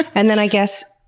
and then i guess,